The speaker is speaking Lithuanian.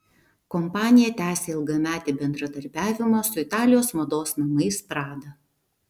kompanija tęsia ilgametį bendradarbiavimą su italijos mados namais prada